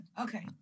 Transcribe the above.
Okay